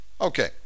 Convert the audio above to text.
Okay